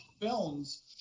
films